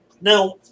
Now